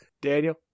Daniel